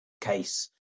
case